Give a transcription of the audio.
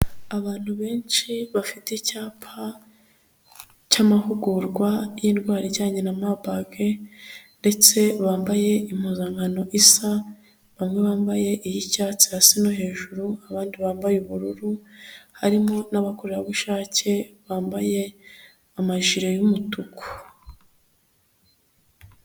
Abantu benshi bafite icyapa cy'amahugurwa y'indwara ijyanye na mabage ndetse bambaye impuzankano isa, bamwe bambaye iy'icyatsi hasi no hejuru, abandi bambaye ubururu, harimo n'abakorerabushake bambaye amajire y'umutuku.